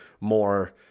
more